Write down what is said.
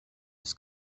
was